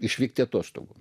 išvykti atostogų